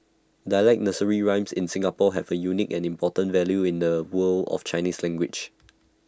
dialect nursery rhymes in Singapore have A unique and important value in the world of Chinese language